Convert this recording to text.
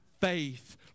faith